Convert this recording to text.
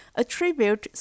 attribute